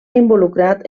involucrat